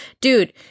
dude